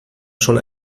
schon